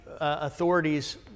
authorities